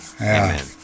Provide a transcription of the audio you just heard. Amen